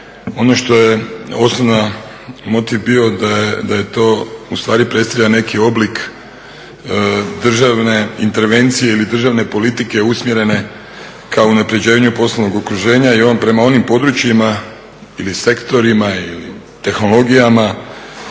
ono što je osnovni motiv bio da je to ustvari predstavlja neki oblik državne intervencije ili državne politike usmjerene ka unaprjeđenju poslovnog okruženja i prema onim područjima ili sektorima ili tehnologijama